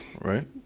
Right